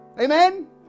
Amen